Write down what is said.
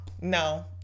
No